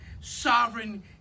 sovereign